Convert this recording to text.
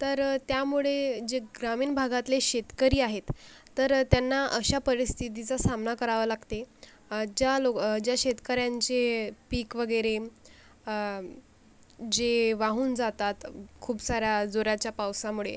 तर त्यामुळे जे ग्रामीण भागातले शेतकरी आहेत तर त्यांना अशा परिस्थितीचा सामना करावं लागते ज्या लोक ज्या शेतकऱ्यांचे पीक वगैरे जे वाहून जातात खूप साऱ्या जोराच्या पावसामुळे